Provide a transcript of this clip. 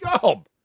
job